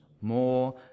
more